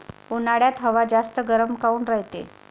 उन्हाळ्यात हवा जास्त गरम काऊन रायते?